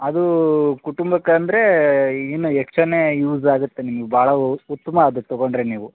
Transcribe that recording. ಅದು ಕುಟುಂಬಕ್ಕಂದ್ರೇ ಇನ್ನು ಎಕ್ಸ್ಟ್ರನೇ ಯೂಸ್ ಆಗುತ್ತೆ ನಿಮ್ಗೆ ಭಾಳ ಉತ್ತಮ ಅದು ತಗೊಂಡರೆ ನೀವು